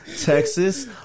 Texas